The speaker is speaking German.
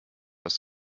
aus